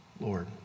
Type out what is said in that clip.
Lord